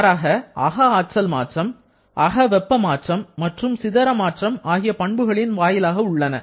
மாறாக அக ஆற்றல் மாற்றம் அக வெப்ப மாற்றம் மற்றும் சிதற மாற்றம் ஆகிய பண்புகளின் வாயிலாக உள்ளன